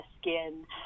skin